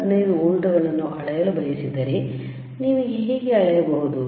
15 ವೋಲ್ಟ್ಗಳನ್ನು ಅಳೆಯಲು ಬಯಸಿದರೆ ನೀವು ಹೇಗೆ ಅಳೆಯಬಹುದು